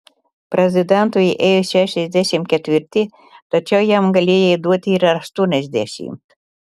prezidentui ėjo šešiasdešimt ketvirti tačiau jam galėjai duoti ir aštuoniasdešimt